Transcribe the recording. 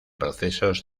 procesos